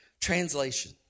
Translation